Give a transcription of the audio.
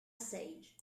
sage